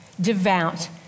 devout